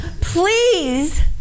please